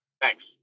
Thanks